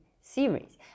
series